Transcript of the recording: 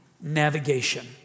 navigation